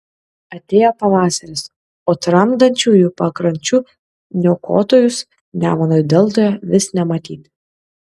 atėjo pavasaris o tramdančiųjų pakrančių niokotojus nemuno deltoje vis nematyti